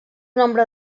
nombre